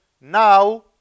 now